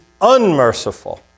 unmerciful